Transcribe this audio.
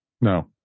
No